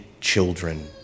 children